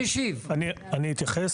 אני אתייחס.